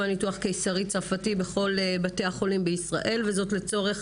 ניתוח קיסרי צרפתי בכל בתי החולים בישראל וזאת לצורך